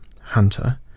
hunter